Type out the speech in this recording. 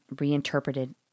reinterpreted